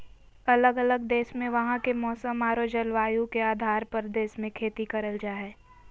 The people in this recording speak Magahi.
अलग अलग देश मे वहां के मौसम आरो जलवायु के आधार पर देश मे खेती करल जा हय